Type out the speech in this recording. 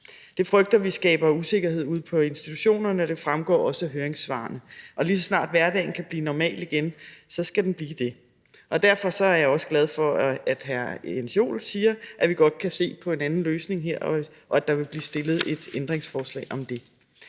Det frygter vi skaber usikkerhed ude på institutionerne. Det fremgår også af høringssvarene. Og lige så snart hverdagen kan blive normal igen, skal den blive det. Og derfor er jeg også glad for, at hr. Jens Joel siger, at vi godt kan se på en anden løsning, og at der vil blive stillet et ændringsforslag om det.